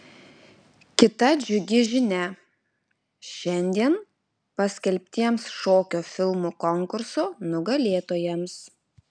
kita džiugi žinia šiandien paskelbtiems šokio filmų konkurso nugalėtojams